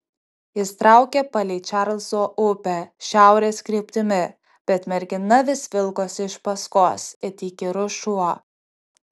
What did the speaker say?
jis traukė palei čarlzo upę šiaurės kryptimi bet mergina vis vilkosi iš paskos it įkyrus šuo